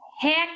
Heck